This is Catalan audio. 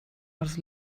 els